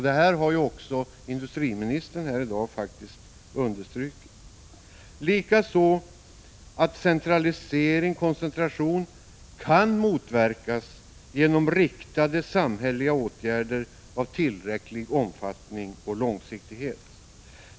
Det har också industriministern understrukit här i dag. Vi säger också att centralisering och koncentration kan motverkas genom riktade samhälleliga åtgärder av tillräcklig omfattning och långsiktighet.